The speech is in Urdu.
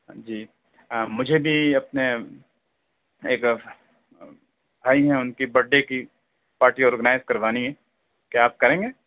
جی مجھے بھی اپنے ایک بھائی ہیں ان کی برتھ ڈے کی پارٹی آرگنائز کروانی ہے کیا آپ کریں گے